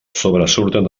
sobresurten